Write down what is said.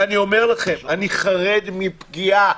ואני אומר לכם: אני חרד מפגיעה.